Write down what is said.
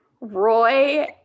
Roy